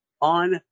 on